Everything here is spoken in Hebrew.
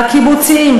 בקיבוצים,